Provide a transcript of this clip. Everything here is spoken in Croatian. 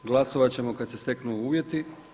Glasovat ćemo kad se steknu uvjeti.